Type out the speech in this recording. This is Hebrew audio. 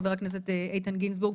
חבר הכנסת איתן גינזבורג,